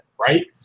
right